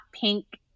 pink